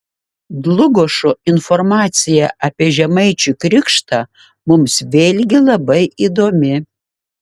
dlugošo informacija apie žemaičių krikštą mums vėlgi labai įdomi